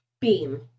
Beam